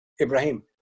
Ibrahim